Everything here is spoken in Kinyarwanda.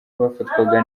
bafatwaga